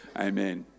Amen